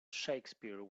shakespeare